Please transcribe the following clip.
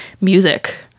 music